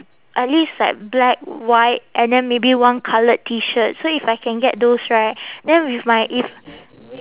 at least like black white and then maybe one coloured T shirt so if I can get those right then with my if